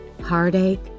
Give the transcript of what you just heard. heartache